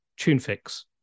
TuneFix